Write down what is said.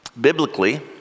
biblically